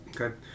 okay